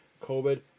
COVID